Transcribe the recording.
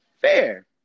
Fair